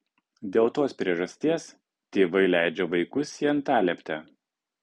dėl tos priežasties tėvai leidžia vaikus į antalieptę